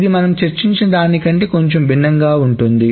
ఇది మనం చర్చించిన దానికంటే కొంచెం భిన్నంగా ఉంటుంది